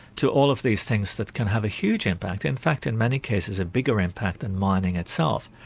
to all of these things that can have a huge impact, in fact in many cases a bigger impact than mining itself,